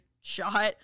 shot